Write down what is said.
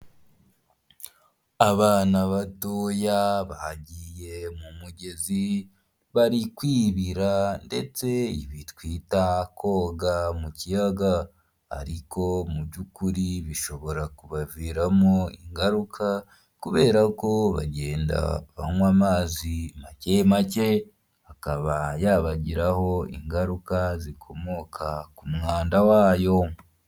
Abana batoya bagiye mu mugezi, bari kwibira ndetse bitwita koga mu kiyaga ariko mubyukuri bishobora kubaviramo ingaruka kubera ko bagenda banywa amazi make make, akaba yabagiraho ingaruka zikomoka ku mwanda wayo.